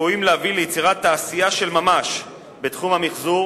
צפויים להביא ליצירת תעשייה של ממש בתחום המיחזור